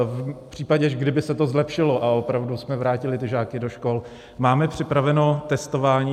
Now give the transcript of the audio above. V případě, kdyby se to zlepšilo a opravdu jsme vrátili žáky do škol, máme připraveno testování?